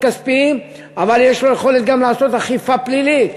כספיים אבל יש לו יכולת לעשות גם אכיפה פלילית.